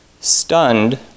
Stunned